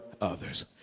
others